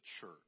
church